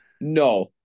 No